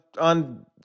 on